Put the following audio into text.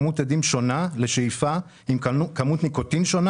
כמות הסיגריות הנצרכות בישראל היא 287 מיליון חפיסות בשנה.